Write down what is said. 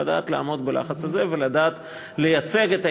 לדעת לעמוד בלחץ הזה ולדעת לייצג את